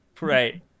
right